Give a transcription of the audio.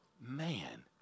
man